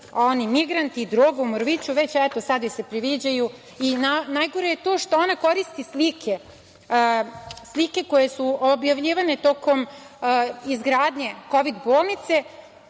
oni migranti, droga u Moroviću, eto, sad joj se priviđaju… Najgore je to što ona koristi slike koje su objavljivane tokom izgradnje kovid bolnice.